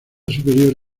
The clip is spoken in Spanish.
superior